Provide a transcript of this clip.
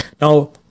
Now